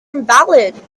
invalid